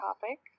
topic